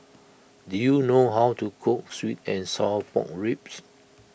do you know how to cook Sweet and Sour Pork Ribs